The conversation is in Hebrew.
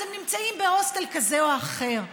אז הם נמצאים בהוסטל כזה או אחר.